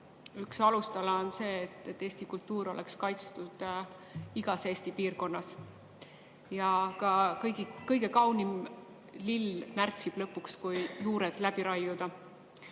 üks alustala on see, et Eesti kultuur oleks kaitstud igas Eesti piirkonnas. Ka kõige kaunim lill närtsib lõpuks, kui juured läbi raiuda.